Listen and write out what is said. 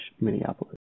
Minneapolis